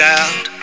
out